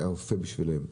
היה אופה בשבילם.